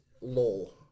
lol